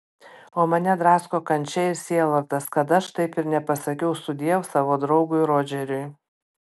o mane drasko kančia ir sielvartas kad aš taip ir nepasakiau sudiev savo draugui rodžeriui